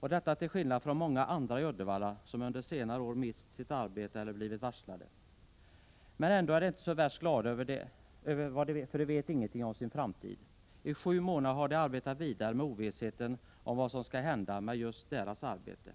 detta till skillnad från vad som gäller många andra i Uddevalla som under senare år mist sitt arbete eller blivit varslade om uppsägning. Men ändå är de inte så värst glada, för de vet ingenting om sin framtid. I sju månader har de arbetat vidare med ovissheten om vad som skall hända med just deras arbete.